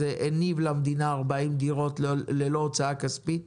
הניב למדינה 40 דירות ללא הוצאה כספית.